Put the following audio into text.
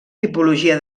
tipologia